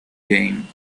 game